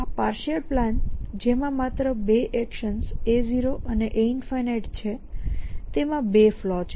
આ partial plan જેમાં માત્ર 2 એક્શન્સ A0 અને A∞ છે તેમાં 2 ફલૉ છે